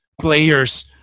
players